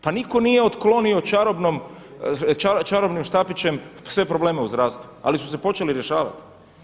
Pa nitko nije otklonio čarobnim štapićem sve probleme u zdravstvu ali su se počeli rješavati.